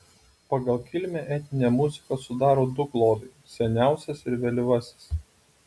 pagal kilmę etninę muziką sudaro du klodai seniausias ir vėlyvasis